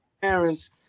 parents